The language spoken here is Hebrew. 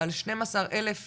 על 12 אלף ילדים.